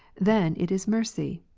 then it is mercy.